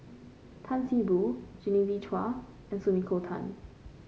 Tan See Boo Genevieve Chua and Sumiko Tan